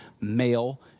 Male